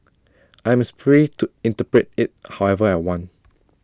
I'm free to interpret IT however I want